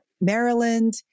Maryland